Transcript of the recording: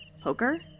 Poker